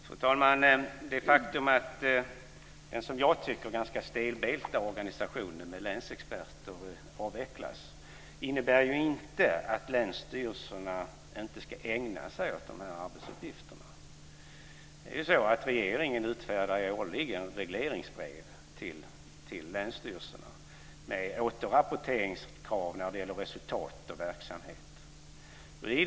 Fru talman! Det faktum att den, tycker jag, ganska stelbenta organisationen med länsexperter avvecklas innebär inte att länsstyrelserna inte ska ägna sig åt de här arbetsuppgifterna. Regeringen utfärdar ju årligen regleringsbrev till länsstyrelserna med återrapporteringskrav när det gäller resultat och verksamhet.